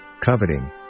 coveting